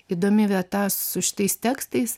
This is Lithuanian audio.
įdomi vieta su šitais tekstais